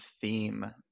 theme